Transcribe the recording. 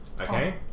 okay